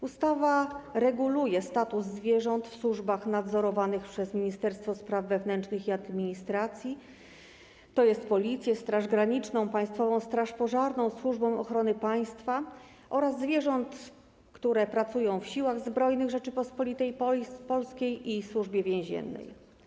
Ustawa reguluje status zwierząt w służbach nadzorowanych przez Ministerstwo Spraw Wewnętrznych i Administracji, czyli w Policji, Straży Granicznej, Państwowej Straży Pożarnej, Służbie Ochrony Państwa oraz zwierząt, które pracują w Silach Zbrojnych Rzeczypospolitej Polskiej i w Służbie Więziennej.